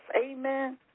Amen